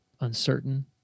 uncertain